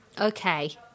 Okay